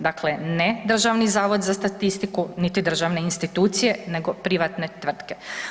Dakle, ne Državni zavod za statistiku, niti državne institucije nego privatne tvrtke.